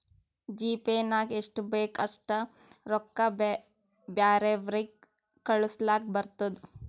GPay ನಾಗ್ ಎಷ್ಟ ಬೇಕ್ ಅಷ್ಟ ರೊಕ್ಕಾ ಬ್ಯಾರೆವ್ರಿಗ್ ಕಳುಸ್ಲಾಕ್ ಬರ್ತುದ್